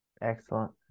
Excellent